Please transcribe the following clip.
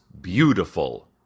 beautiful